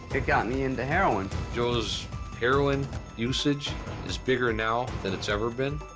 it got me into heroin. joe's heroin usage is bigger now than it's ever been.